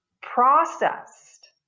processed